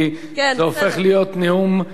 כי זה הופך להיות נאום.